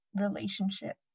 relationship